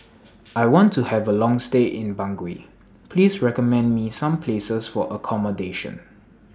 I want to Have A Long stay in Bangui Please recommend Me Some Places For accommodation